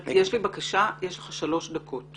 יש לך שלוש דקות.